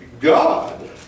God